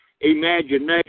imagination